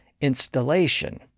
INSTALLATION